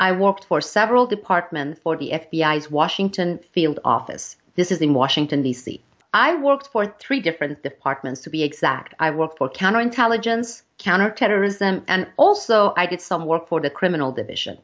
i worked for several departments for the f b i is washington field office this is in washington d c i worked for three different departments to be exact i work for counterintelligence counterterrorism and also i did some work for the criminal division